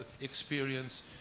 experience